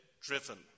driven